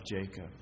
Jacob